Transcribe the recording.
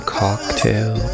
cocktail